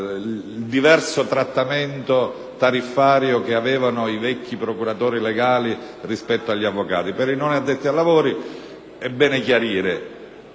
il diverso trattamento tariffario che avevano i vecchi procuratori legali rispetto agli avvocati. Per i non addetti ai lavori, è bene chiarire: